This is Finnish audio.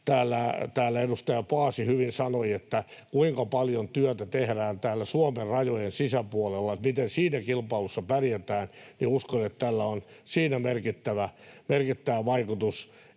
täällä edustaja Paasi hyvin sanoi — kuinka paljon työtä tehdään täällä Suomen rajojen sisäpuolella, ja miten siinä kilpailussa pärjätään. Uskon, että tällä on merkittävä vaikutus